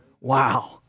Wow